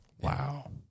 Wow